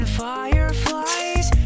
fireflies